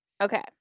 Okay